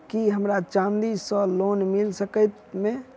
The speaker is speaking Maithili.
की हमरा चांदी सअ लोन मिल सकैत मे?